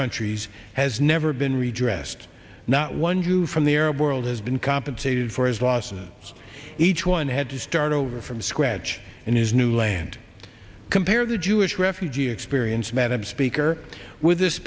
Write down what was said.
countries has never been reject not one who from the arab world has been compensated for his losses each one had to start over from scratch in his new land compare the jewish refugee experience madam speaker with this